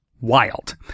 wild